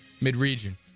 mid-region